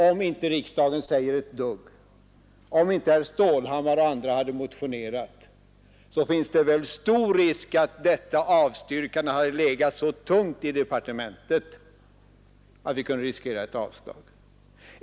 Om inte riksdagen säger ett dugg och om inte herr Stålhammar och andra hade motionerat, så finns det väl ändå risk för att detta avstyrkande hade vägt så tungt i departementet att vi kunde befara ett avslag.